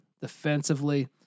defensively